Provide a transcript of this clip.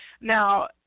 Now